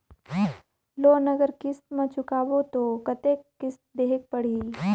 Loan अगर किस्त म चुकाबो तो कतेक किस्त देहेक पढ़ही?